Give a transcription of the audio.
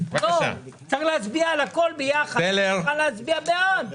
צריך להצביע על הכול ביחד כדי שנוכל להצביע בעד.